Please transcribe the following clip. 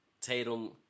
Tatum